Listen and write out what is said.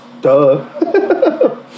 Duh